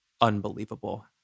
unbelievable